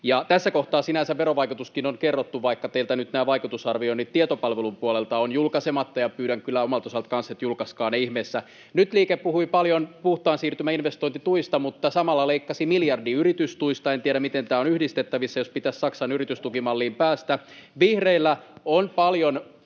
tässä kohtaa sinänsä verovaikutuskin on kerrottu, vaikka teiltä nyt nämä vaikutusarvioinnit tietopalvelun puolelta ovat julkaisematta — ja pyydän kyllä omalta osaltani kanssa, että julkaiskaa ne ihmeessä. Liike Nyt puhui paljon puhtaan siirtymän investointituista mutta samalla leikkasi miljardin yritystuista. En tiedä, miten nämä ovat yhdistettävissä, jos pitäisi Saksan yritystukimalliin päästä. Vihreillä on paljon